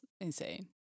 insane